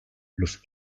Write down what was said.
los